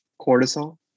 cortisol